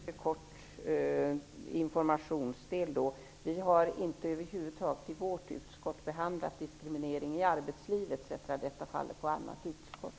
Herr talman! Jag vill bara lämna en mycket kort information. Vi har i vårt utskott över huvud taget inte behandlat frågan om diskriminering i arbetslivet. Den frågan har hänvisats till ett annat utskott.